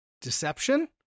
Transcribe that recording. Deception